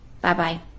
Bye-bye